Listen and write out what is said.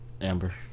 Amber